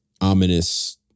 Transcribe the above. ominous